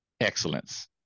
excellence